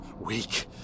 Weak